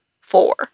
four